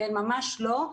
ממש לא.